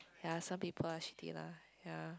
yea some people are shitty lah yea